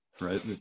right